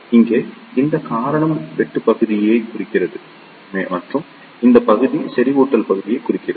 இங்கே இந்த காரணம் வெட்டுப் பகுதியைக் குறிக்கிறது மற்றும் இந்த பகுதி செறிவூட்டல் பகுதியைக் குறிக்கிறது